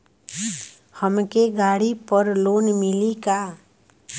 हमके गाड़ी पर लोन मिली का?